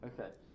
Okay